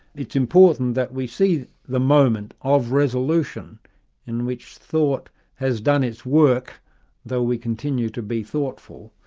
it's important that we see the moment of resolution in which thought has done its work though we continue to be thoughtful,